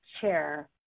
chair